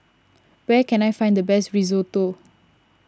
where can I find the best Risotto